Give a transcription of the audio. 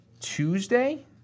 Tuesday